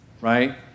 right